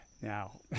Now